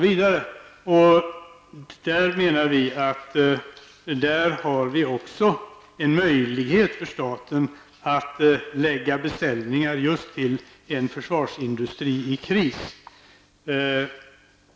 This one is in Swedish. Vi menar att staten har möjlighet att lägga beställningar just till en försvarsindustri i kris.